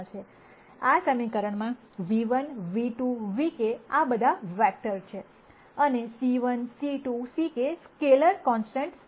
આ સમીકરણમાં ν ₁ ν₂ νk બધા વેક્ટર છે અને c1 c2 ck scalar constants છે